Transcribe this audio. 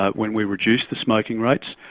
when we reduced the smoking rates.